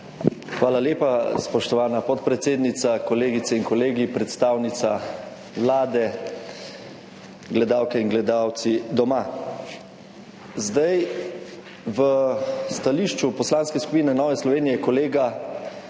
Hvala lepa, spoštovana podpredsednica. Kolegice in kolegi, predstavnica Vlade, gledalke in gledalci doma! V stališču Poslanske skupine Nove Slovenije je kolega